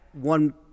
one